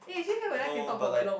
no but like